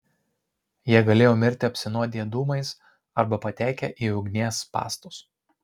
jie galėjo mirti apsinuodiję dūmais arba patekę į ugnies spąstus